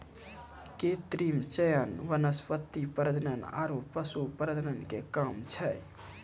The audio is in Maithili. कृत्रिम चयन वनस्पति प्रजनन आरु पशु प्रजनन के काम छै